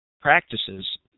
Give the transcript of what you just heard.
practices